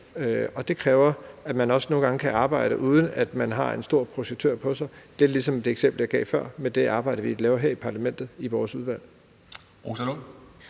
Det kræver, at man også nogle gange kan arbejde, uden at man har en stor projektør på sig, lidt ligesom det eksempel jeg gav før med det arbejde, vi laver i vores udvalg